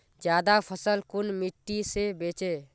ज्यादा फसल कुन मिट्टी से बेचे?